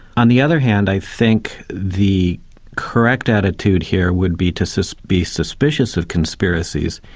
on the other hand, i think the correct attitude here would be to so be suspicious of conspiracies,